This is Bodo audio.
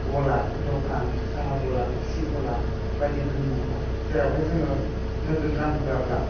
गला दखान साहा गला सि गला बायदिफोरनि मुंखौ जेरावहाय जोङो नोगोद रां होआब्ला